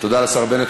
תודה לשר בנט.